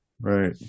Right